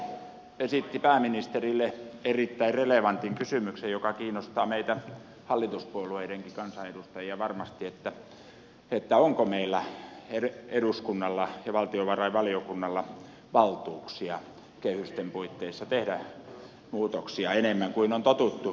edustaja kalli esitti pääministerille erittäin relevantin kysymyksen joka kiinnostaa meitä hallituspuolueidenkin kansanedustajia varmasti onko meillä eduskunnalla ja valtiovarainvaliokunnalla valtuuksia kehysten puitteissa tehdä muutoksia enemmän kuin on totuttu